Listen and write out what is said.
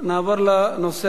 ההצעה להעביר את הנושא